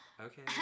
Okay